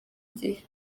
gihe